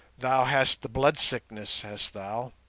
thou hast the blood-sickness, hast thou?